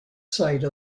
side